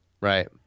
Right